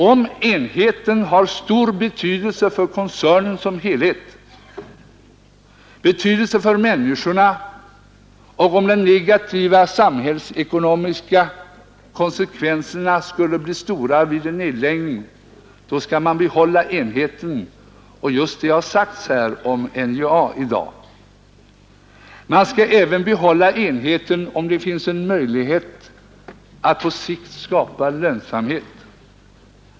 Om enheten har stor betydelse för koncernen som helhet och för människorna och om de negativa samhällsekonomiska konsekvenserna skulle bli stora vid en nedläggning, då skall man behålla enheten. Just det har sagts här om NJA i dag. Man skall även behålla enheten om det finns en möjlighet att på sikt skapa lönsamhet.